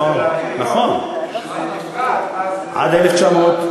כשזה נפרד, אז, נכון, עד 1978,